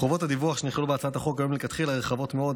חובות הדיווח שנכללו בהצעת החוק היו מלכתחילה רחבות מאוד,